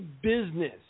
business